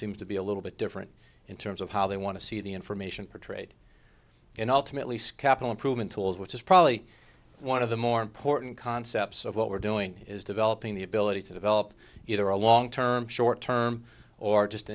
seems to be a little bit different in terms of how they want to see the information provided in ultimately scapel improvement tools which is probably one of the more important concepts of what we're doing is developing the ability to develop either a long term short term or just